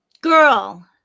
girl